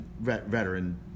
veteran